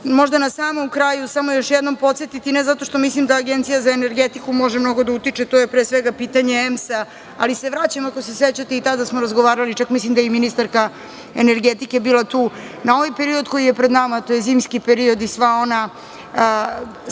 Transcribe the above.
ću na samom kraju samo još jednom podsetiti, ne zato što mislim da Agencija za energetiku može mnogo da utiče, to je pre svega pitanje EMS-a, ali se vraćam, ako se sećate i tada smo razgovarali, čak mislim i da je ministarka energetike bila tu, na ovaj period koji je pred nama, a to je zimski period i sva ona